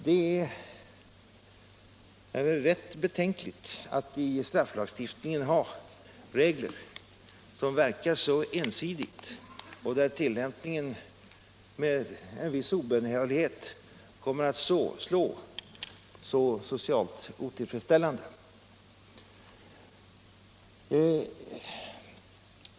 Det är rätt betänkligt att i strafflagstiftningen ha regler som verkar så ensidigt och där tillämpningen med en viss obönhörlighet kommer att slå så socialt otillfredsställande.